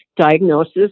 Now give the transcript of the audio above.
diagnosis